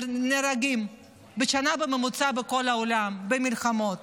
נהרגים בשנה בממוצע בכל העולם במלחמות.